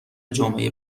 جمعه